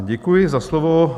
Děkuji za slovo.